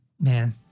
Man